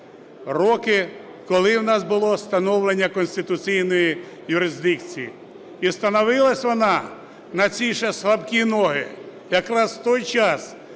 роки, коли у нас було становлення конституційної юрисдикції. І становилась вона на ці ще слабкі ноги як раз в той час,